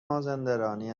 مازندرانی